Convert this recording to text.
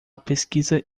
pesquisa